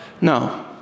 No